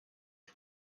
how